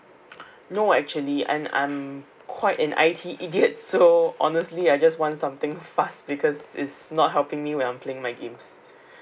no actually I'm I'm quite an I_T idiot so honestly I just want something fast because it's not helping me when I'm playing my games